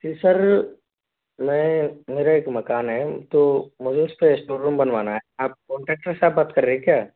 जी sir मैं मेरा एक मकान है तो मुझे उस में स्टोर रूम बनवाना है आप कॉन्टैक्टर साहब बात कर रहें क्या